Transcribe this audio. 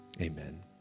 Amen